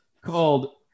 called